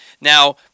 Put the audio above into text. Now